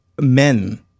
men